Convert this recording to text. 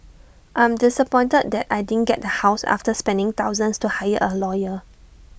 I am disappointed that I didn't get the house after spending thousands to hire A lawyer